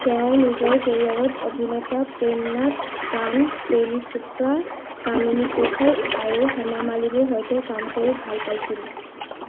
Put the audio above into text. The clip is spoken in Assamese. তেওঁ নিজৰ কেৰিয়াৰত অভিনেতা প্ৰেম নাথ প্ৰাণ প্ৰেম চোপ্ৰা কামিনী কৌশল আৰু হেমা মালিনীৰ সৈতে কাম কৰি ভাল পাইছিল